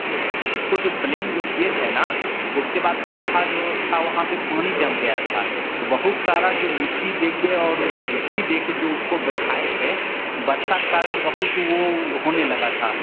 उसको जो प्लेन जो किये थे न उसके बाद गड्ढा जो था वहाँ पे पानी जम गया था बहुत सारा जो मिट्टी और गिट्टी दे कर जो उसको बैठाये थे बरसात कारण बहुत वो होने लगा था